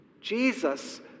Jesus